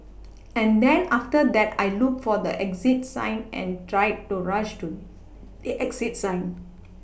and then after that I looked for the exit sign and tried to rush to the exit sign